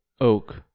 oak